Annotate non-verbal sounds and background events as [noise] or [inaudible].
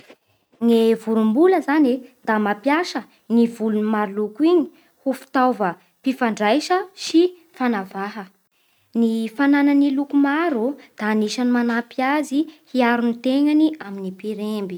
[noise] Ny vorombola zany e da mampiasa ny volony maro loko igny ho fitaova-pifandraisa sy hanavaha. Ny fananany loko maro da anisan'ny manampy azy hiaro ny tegnany amin'ny mpiremby.